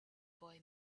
boy